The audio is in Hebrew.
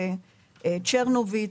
צ'רנוביץ,